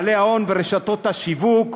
בעלי ההון ורשתות השיווק,